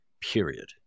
period